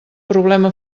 problema